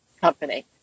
company